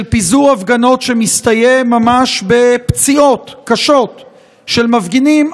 של פיזור הפגנות שמסתיים ממש בפציעות קשות של מפגינים,